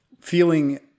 feeling